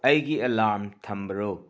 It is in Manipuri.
ꯑꯩꯒꯤ ꯑꯦꯂꯥꯔꯝ ꯊꯝꯕ꯭ꯔꯣ